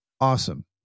Awesome